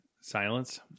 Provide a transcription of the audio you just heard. Silence